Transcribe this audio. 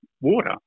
water